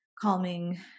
calming